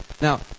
Now